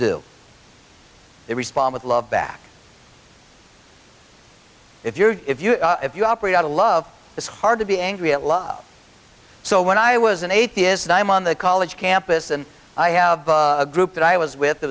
do they respond with love back if you're if you if you operate out of love it's hard to be angry at love so when i was an atheist i'm on the college campus and i have a group that i was with